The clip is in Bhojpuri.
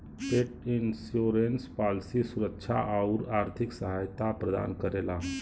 पेट इनश्योरेंस पॉलिसी सुरक्षा आउर आर्थिक सहायता प्रदान करेला